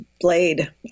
blade